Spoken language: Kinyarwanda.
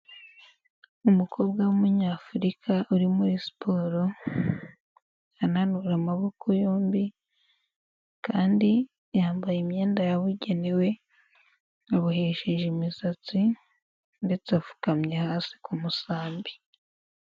Umukobwa wumunyafurika uri muri siporo ananura amaboko yombi kandi yambaye imyenda yabugenewe abohesheje imisatsi ndetse apfukamye hasi ku musambi.